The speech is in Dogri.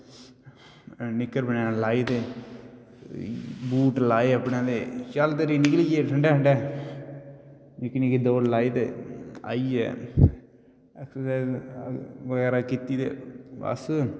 निक्कर वनेन लाई ते बूट लाए अपने ते चलदे रेह् निकली गे ठंडे ठंडे निक्की नि्क्की दौड़ लाई ते आई गे एक्सरसाइज बगैरा कीती ते बस